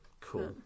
Cool